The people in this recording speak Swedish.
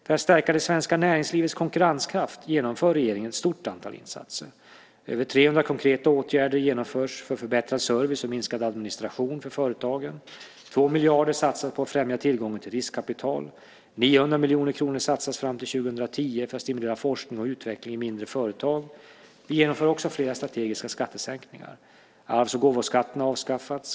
För att stärka det svenska näringslivets konkurrenskraft genomför regeringen ett stort antal insatser. Över 300 konkreta åtgärder genomförs för förbättrad service och minskad administration för företagen. 2 miljarder satsas på att främja tillgången på riskkapital. 900 miljoner kronor satsas fram till 2010 för att stimulera forskning och utveckling i mindre företag. Vi genomför också flera strategiska skattesänkningar. Arvs och gåvoskatten har avskaffats.